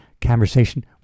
conversation